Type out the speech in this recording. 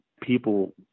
people